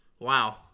Wow